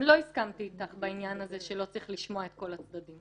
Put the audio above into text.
לא הסכמתי איתך בעניין הזה שלא צריך לשמוע את כל הצדדים.